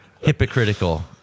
hypocritical